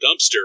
dumpster